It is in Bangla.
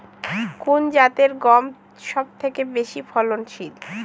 কোন জাতের গম সবথেকে বেশি ফলনশীল?